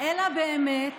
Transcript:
אלא באמת